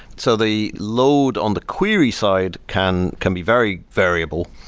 so the load on the query side can can be very variable.